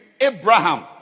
Abraham